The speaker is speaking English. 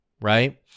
right